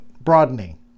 broadening